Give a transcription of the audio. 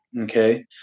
okay